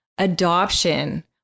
adoption